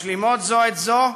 משלימות זו את זו,